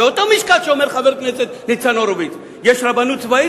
באותו משקל שמדבר חבר הכנסת ניצן הורוביץ: יש רבנות צבאית,